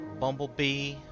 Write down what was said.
Bumblebee